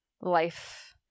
life